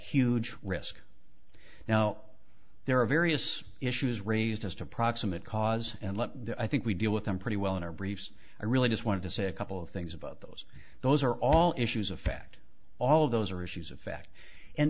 huge risk now there are various issues raised as to proximate cause and let the i think we deal with them pretty well in our briefs i really just wanted to say a couple of things about those those are all issues affect all of those are issues of fact and